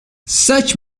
such